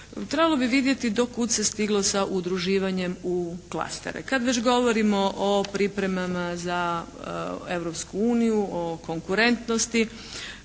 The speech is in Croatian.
Trebalo bi vidjeti do kud se stiglo sa udruživanjem u klastere. Kad već govorimo o pripremama za Europsku uniju, o konkurentnosti